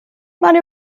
mann